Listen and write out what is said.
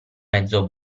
mezzo